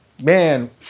man